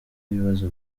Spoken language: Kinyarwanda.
ibibazo